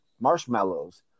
marshmallows